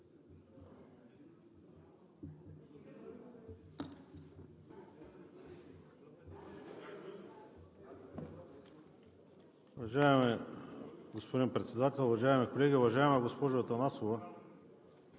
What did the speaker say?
Уважаеми господин Председател, уважаеми колеги, уважаеми господин Главен